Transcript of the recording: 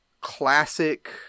classic